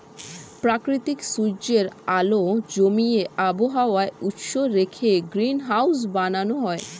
প্রাকৃতিক সূর্যের আলো জমিয়ে আবহাওয়া উষ্ণ রেখে গ্রিনহাউস বানানো হয়